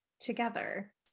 together